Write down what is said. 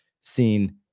seen